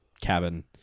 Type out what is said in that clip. cabin